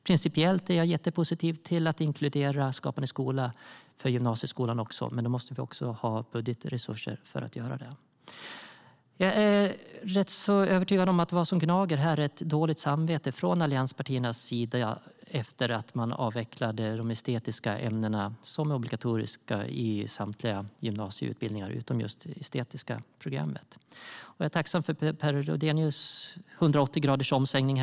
Principiellt är jag mycket positiv till att inkludera Skapande skola i gymnasieskolan, men då måste det finnas budgetresurser. Jag är övertygad om att vad som gnager här är ett dåligt samvete från allianspartiernas sida efter att de estetiska ämnena avvecklades som obligatoriska ämnen i samtliga gymnasieutbildningar utom för just det estetiska programmet. Jag är tacksam för Per Lodenius 180-gradiga omsvängning.